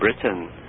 Britain